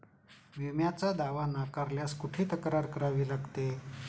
विम्याचा दावा नाकारल्यास कुठे तक्रार करावी लागते?